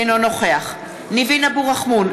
אינו נוכח ניבין אבו רחמון,